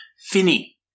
finny